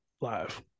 live